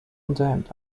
unterhemd